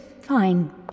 fine